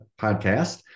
podcast